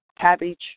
cabbage